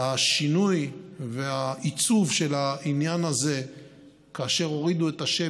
השינוי והעיצוב של העניין הזה כאשר הורידו את השם